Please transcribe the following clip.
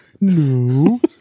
No